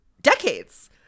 decades